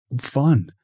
fun